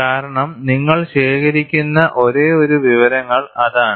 കാരണം നിങ്ങൾ ശേഖരിക്കുന്ന ഒരേയൊരു വിവരങ്ങൾ അതാണ്